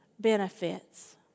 benefits